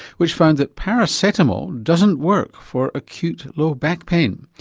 which found that paracetamol doesn't work for acute, low back pain.